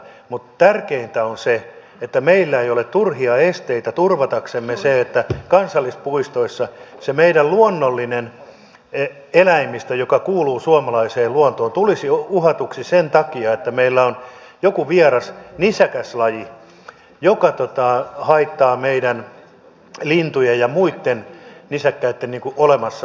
mutta tärkeintä on se että meillä ei ole turhia esteitä turvata se että kansallispuistoissa se meidän luonnollinen eläimistömme joka kuuluu suomalaiseen luontoon ei tulisi uhatuksi sen takia että meillä on joku vieras nisäkäslaji joka haittaa meidän lintujemme ja muitten nisäkkäitten olemassaoloa